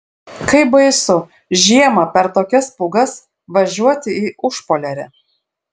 kaip baisu žiemą per tokias pūgas važiuoti į užpoliarę